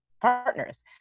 partners